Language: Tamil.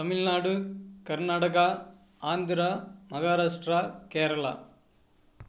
தமிழ்நாடு கர்நாடகா ஆந்திரா மகாராஷ்டிரா கேரளா